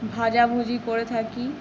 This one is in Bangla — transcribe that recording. ভাজা ভুজি করে থাকি